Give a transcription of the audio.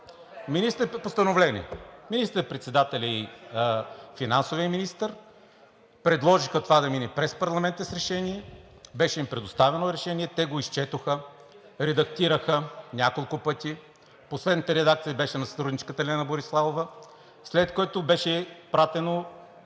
Министър-председателят и финансовият министър предложиха това да мине през парламента с решение. Беше им предоставено решение. Те го изчетоха, редактираха няколко пъти. Последната редакция беше на сътрудничката Лена Бориславова, след което беше изпратено